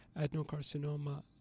adenocarcinoma